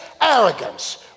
arrogance